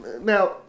Now